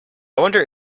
wonder